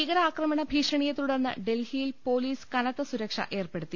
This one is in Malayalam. ഭീകരാക്രമണ ഭീഷണിയെ തുടർന്ന് ഡൽഹിയിൽ പൊലീസ് കനത്ത സുരക്ഷ ഏർപ്പെടുത്തി